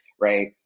right